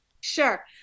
Sure